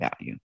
value